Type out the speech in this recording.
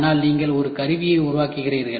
ஆனால் நீங்கள் ஒரு கருவியை உருவாக்குகிறீர்கள்